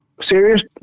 serious